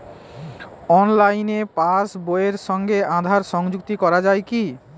অনলাইনে পাশ বইয়ের সঙ্গে আধার সংযুক্তি করা যায় কি?